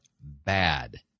bad